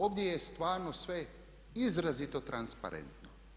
Ovdje je stvarno sve izrazito transparentno.